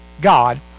God